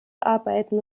arbeiten